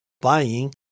buying